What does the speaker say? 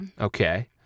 Okay